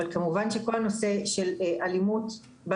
אבל כמובן שכל הנושא של אלימות בא